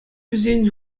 вӗсен